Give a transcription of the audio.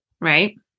right